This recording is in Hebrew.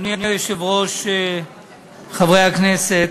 אדוני היושב-ראש, חברי הכנסת,